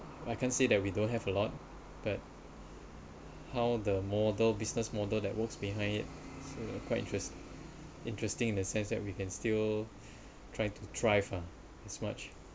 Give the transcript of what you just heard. I can't say that we don't have a lot but how the model business model that works behind it quite interesting in the sense that we can still try to thrive ah as much